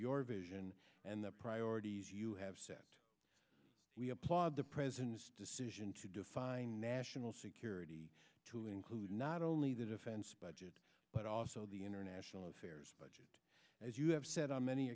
your vision and the priorities you have set we applaud the president's decision to define national security to include not only the defense budget but also the international affairs budget as you have said on many